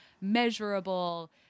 measurable